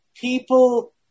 people